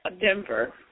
Denver